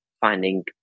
finding